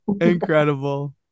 Incredible